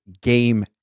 game